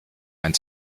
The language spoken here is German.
ein